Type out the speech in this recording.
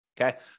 okay